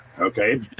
okay